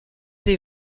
les